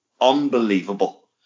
Unbelievable